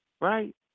right